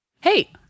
Hey